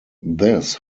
this